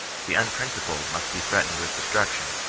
the unprincipled must be threatened with destruction.